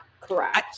correct